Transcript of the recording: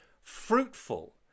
fruitful